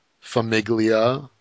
Famiglia